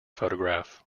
photograph